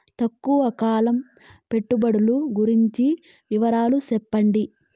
తక్కువ కాలం పెట్టుబడులు గురించి వివరాలు సెప్తారా?